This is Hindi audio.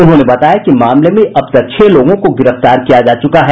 उन्होंने बताया कि मामले में अब तक छह लोगों को गिरफ्तार किया जा चुका है